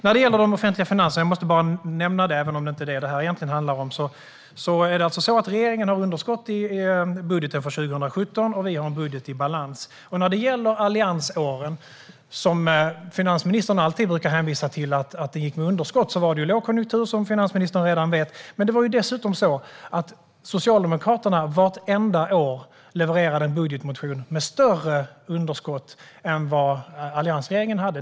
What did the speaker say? När det gäller de offentliga finanserna - jag måste bara nämna det även om det inte är det som det här egentligen handlar om - är det alltså så att regeringen har underskott i budgeten för 2017 medan vi har en budget i balans. Under alliansåren, då vi som finansministern alltid brukar hänvisa till gick med underskott, var det som finansministern redan vet lågkonjunktur. Det var dessutom så att Socialdemokraterna vartenda år levererade en budgetmotion med större underskott än vad alliansregeringen hade.